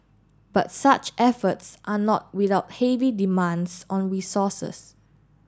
but such efforts are not without heavy demands on resources